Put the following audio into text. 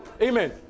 Amen